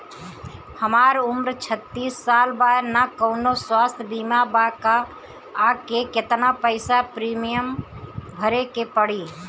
हमार उम्र छत्तिस साल बा त कौनों स्वास्थ्य बीमा बा का आ केतना पईसा प्रीमियम भरे के पड़ी?